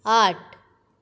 आठ